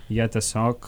jie tiesiog